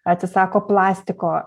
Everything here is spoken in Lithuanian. atsisako plastiko